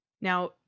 Now